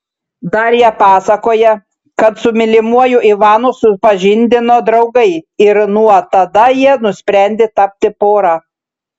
darija pasakoja kad su mylimuoju ivanu supažindino draugai ir nuo tada jie nusprendė tapti pora